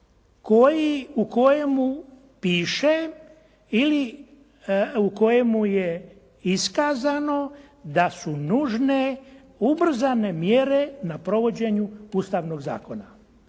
u kojemu piše ili u kojemu je iskazano da su nužne ubrzane mjere na provođenju ustavnog zakona.